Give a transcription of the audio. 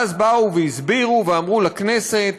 ואז באו והסבירו ואמרו לכנסת: